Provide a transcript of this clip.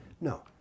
No